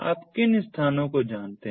आप किन स्थानों को जानते हैं